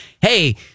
hey